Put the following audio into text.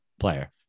player